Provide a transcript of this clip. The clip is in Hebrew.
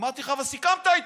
אמרתי לך: אבל סיכמת איתי.